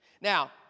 Now